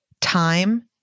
Time